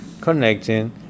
connecting